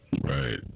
Right